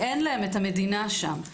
אין להם המדינה שם.